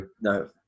no